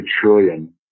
trillion